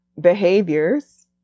behaviors